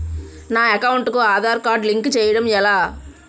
నా అకౌంట్ కు Aadhaar card link చేయడం ఎలా?